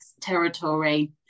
territory